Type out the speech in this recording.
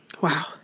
Wow